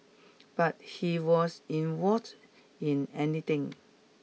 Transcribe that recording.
but he was involved in anything